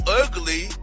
ugly